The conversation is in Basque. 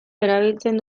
erabiltzen